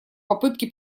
попытке